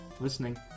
listening